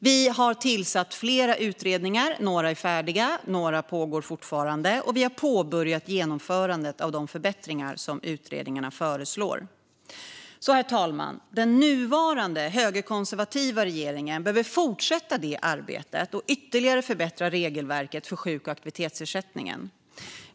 Vi har tillsatt flera utredningar - några är färdiga, andra pågår fortfarande - och påbörjat genomförandet av de förbättringar som utredningarna föreslår. Herr talman! Den nuvarande, högerkonservativa regeringen behöver fortsätta detta arbete och ytterligare förbättra regelverket för sjuk och aktivitetsersättningen.